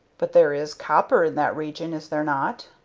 but there is copper in that region, is there not?